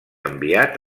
enviat